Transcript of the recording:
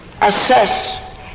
assess